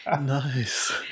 nice